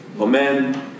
Amen